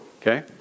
Okay